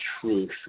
truth